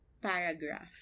paragraph